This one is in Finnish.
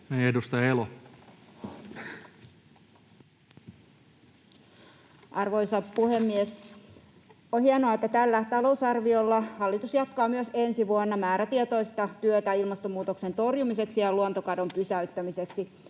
Content: Arvoisa puhemies! On hienoa, että tällä talousarviolla hallitus jatkaa myös ensi vuonna määrätietoista työtä ilmastonmuutoksen torjumiseksi ja luontokadon pysäyttämiseksi,